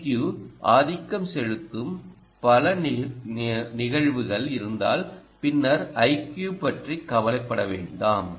iQ ஆதிக்கம் செலுத்தும் பல நிகழ்வுகள் இருந்தால் பின்னர் iQ பற்றி கவலைப்பட வேண்டாம்